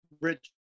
rich